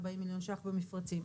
140 מיליון ₪ במפרצים.